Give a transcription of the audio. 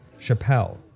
Chappelle